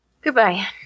Goodbye